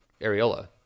Ariola